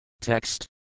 Text